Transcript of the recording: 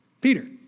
Peter